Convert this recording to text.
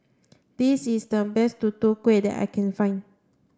this is the best Tutu Kueh that I can find